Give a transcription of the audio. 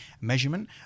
measurement